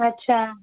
अच्छा